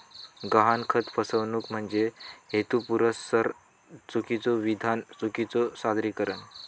गहाणखत फसवणूक म्हणजे हेतुपुरस्सर चुकीचो विधान, चुकीचो सादरीकरण